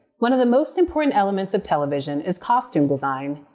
one of the most important elements of television is costume design,